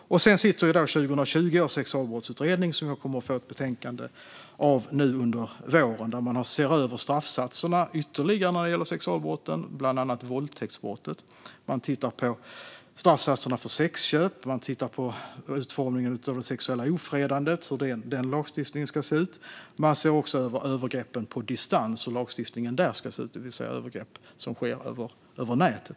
Vidare kommer Sexualbrottsutredningen, som tillsattes 2020, med ett betänkande till mig nu under våren. Där ser man över straffsatserna ytterligare när det gäller sexualbrotten, bland annat våldtäktsbrottet. Man tittar på straffsatserna för sexköp, man tittar på utformningen av det sexuella ofredandet och hur den lagstiftningen ska se ut och man ser också över övergreppen på distans, det vill säga över nätet, och hur den lagstiftningen ska se ut.